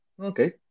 Okay